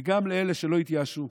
וגם לאלה שלא התייאשו,